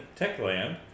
Techland